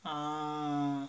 ah ah